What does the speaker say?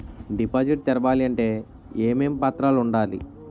Deposit తెరవాలి అంటే ఏమేం పత్రాలు ఉండాలి?